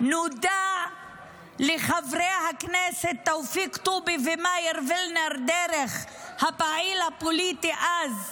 נודע לחברי הכנסת תופיק טובי ומאיר וילנר דרך הפעיל הפוליטי אז,